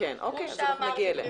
אוקי, אנחנו נגיע אליהן.